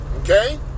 Okay